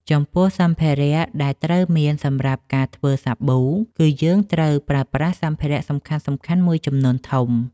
ចំពោះ សម្ភារៈដែលត្រូវមានសម្រាប់ការធ្វើសាប៊ូ គឺយើងត្រូវប្រើប្រាស់សម្ភារ:សំខាន់ៗមួយចំនួនធំ។